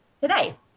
today